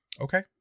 okay